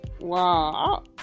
Wow